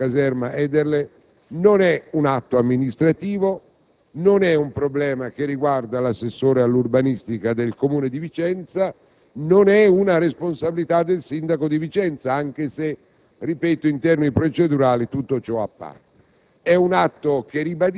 L'atto che si sta compiendo, l'ampliamento della caserma «Ederle», non è un atto amministrativo, non è un problema che riguarda l'assessore all'urbanistica del Comune di Vicenza e non è una responsabilità del sindaco di Vicenza, anche se